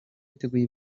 witeguye